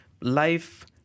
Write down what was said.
life